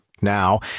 Now